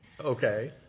Okay